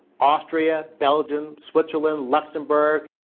austria, belgium, switzerland, luxembourg.